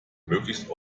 möglichst